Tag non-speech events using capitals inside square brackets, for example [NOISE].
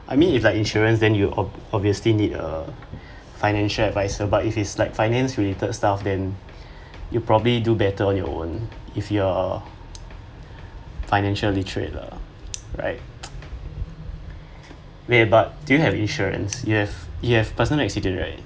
I mean if like insurance then you ob~ obviously need uh financial adviser but if is like finance related stuff then [NOISE] you probably do better on your own if you're financial literate uh right okay do you have insurance you have you have personal accident right